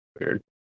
weird